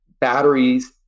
batteries